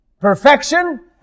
perfection